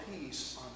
peace